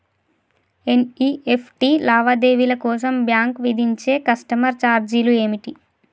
NEFT లావాదేవీల కోసం bank విధించే కస్టమర్ ఛార్జీలు ఏమిటి?